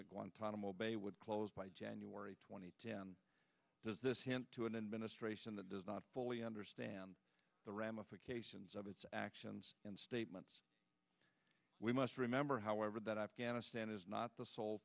that guantanamo bay would close by january two thousand and ten does this hint to an end ministration that does not fully understand the ramifications of its actions and statements we must remember however that afghanistan is not the sole